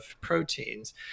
proteins